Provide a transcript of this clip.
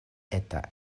eta